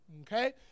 Okay